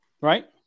Right